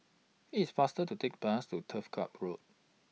IT IS faster to Take Bus to Turf Ciub Road